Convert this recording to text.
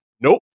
Nope